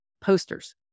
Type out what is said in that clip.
posters